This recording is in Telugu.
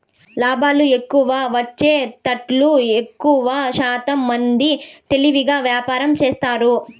లాభాలు ఎక్కువ వచ్చేతట్టు ఎక్కువశాతం మంది తెలివిగా వ్యాపారం చేస్తారు